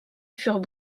furent